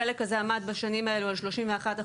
החלק הזה עמד בשנים האלה על 31%,